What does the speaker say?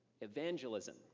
evangelism